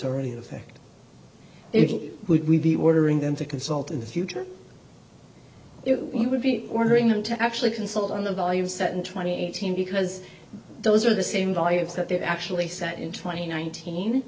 already affect it would we be worrying them to consult in the future it would be ordering them to actually consult on the value of certain twenty eighteen because those are the same values that they've actually sat in twenty nineteen